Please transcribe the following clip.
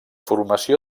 formació